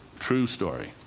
true story.